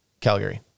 Calgary